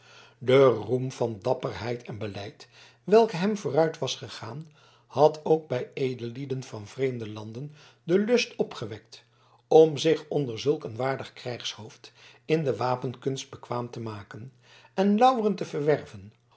de roem van dapperheid en beleid welke hem vooruit was gegaan had ook bij edellieden van vreemde landen den lust opgewekt om zich onder zulk een waardig krijgshoofd in de wapenkunst bekwaam te maken en lauweren te verwerven